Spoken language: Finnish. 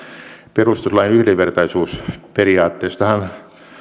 perustuslain yhdenvertaisuusperiaatteestahan